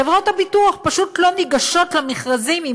חברות הביטוח פשוט לא ניגשות למכרזים אם